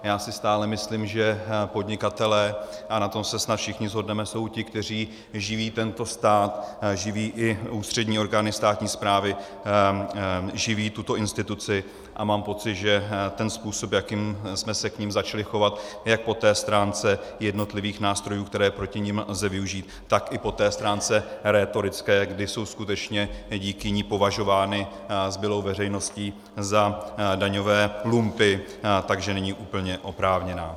Já si stále myslím, že podnikatelé, a na tom se snad všichni shodneme, jsou ti, kteří živí tento stát, živí i ústřední orgány státní správy, živí tuto instituci, a mám pocit, že způsob, jakým jsme se k nim začali chovat jak po stránce jednotlivých nástrojů, které proti nim lze využít, tak i po té stránce rétorické, kdy jsou skutečně díky ní považovány zbylou veřejností za daňové lumpy, tak že není úplně oprávněná.